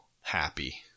happy